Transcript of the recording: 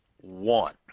one